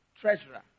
treasurer